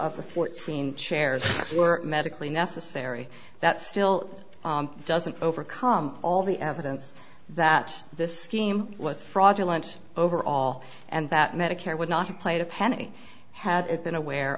the fourteen chairs were medically necessary that still doesn't overcome all the evidence that this scheme was fraudulent overall and that medicare would not have played a penny had it been aware